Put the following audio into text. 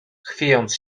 chwiejąc